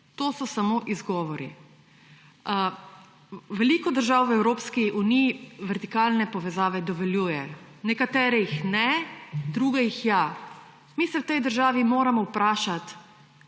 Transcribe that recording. To so samo izgovori. Veliko držav v Evropski uniji vertikalne povezave dovoljuje. Nekatere jih ne, druge jih ja. Mi se moramo v tej državi vprašati,